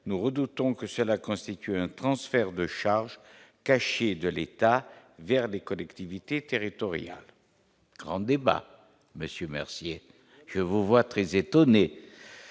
nous redoutons que cela constituait un transfert de charge caché de l'État vers les collectivités territoriales, grand débat Monsieur Mercier, je vous vois très étonné,